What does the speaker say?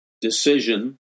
decision